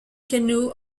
canoe